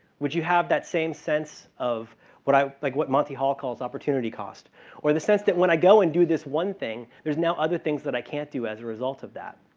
would you have that same sense of what i like what monty hall calls opportunity cost where the sense that when i go and do this one thing, there's now other things that i can't do as a result of that.